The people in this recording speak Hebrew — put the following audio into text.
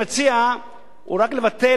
מה שאני מציע זה רק לבטל את הפטור ממס שבח על